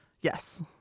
Yes